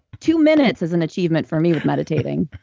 two minutes is an achievement for me with meditating.